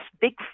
big